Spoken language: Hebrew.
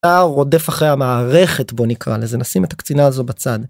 אתה רודף אחרי המערכת בו נקרא לזה נשים את הקצינה הזו בצד.